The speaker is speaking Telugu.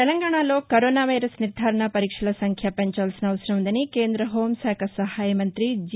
తెలంగాణలో కరోనా వైరస్ నిర్దారణా పరీక్షల సంఖ్య పెంచాల్సిన అవసరం ఉందని కేంద్ర హోంశాఖ సహాయమంతి జి